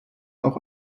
auch